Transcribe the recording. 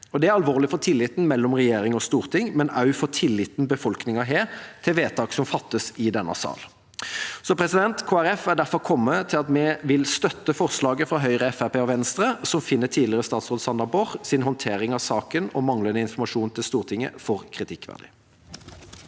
Det er alvorlig for tilliten mellom regjering og storting, men også for tilliten befolkningen har til vedtak som fattes i denne sal. Kristelig Folkeparti har derfor kommet til at vi vil støtte forslaget fra Høyre, Fremskrittspartiet og Venstre, om at Stortinget finner tidligere statsråd Sandra Borchs håndtering av saken og manglende informasjon til Stortinget kritikkverdig.